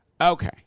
Okay